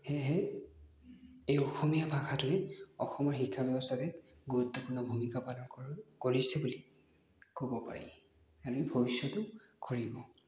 সেয়েহে এই অসমীয়া ভাষাটোৱে শিক্ষা ব্যৱস্থাত এক গুৰুত্বপূৰ্ণ ভূমিকা পালন কৰে কৰিছে বুলি ক'ব পাৰি আৰু ভৱিষ্যতেও কৰিব